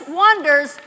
wonders